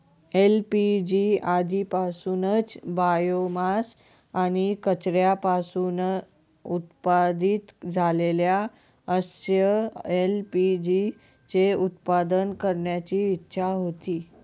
LPG आधीपासूनच biomass आणि कचऱ्यापासून उत्पादित झालेल्या अक्षय एल.पी.जी चे उत्पादन करण्याची इच्छा होती